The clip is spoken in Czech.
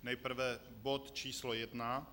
Nejprve bod číslo 1.